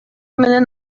менен